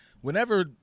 Whenever